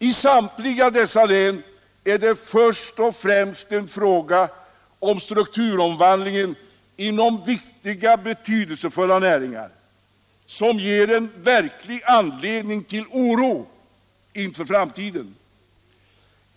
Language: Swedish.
I samtliga dessa län är det först och främst strukturomvandlingen inom viktiga och betydelsefulla näringar som ger verklig anledning till oro inför framtiden.